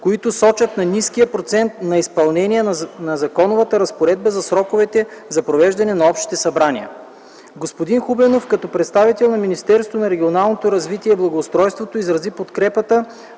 които сочат ниския процент на изпълнение на законовата разпоредба за сроковете за провеждане на общите събрания. Господин Хубенов като представител на Министерството на регионалното развитие и благоустройството изрази подкрепата